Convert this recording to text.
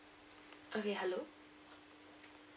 okay hello